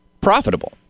profitable